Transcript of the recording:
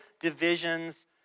divisions